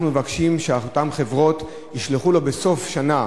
אנחנו מבקשים שאותן חברות ישלחו לו בסוף שנה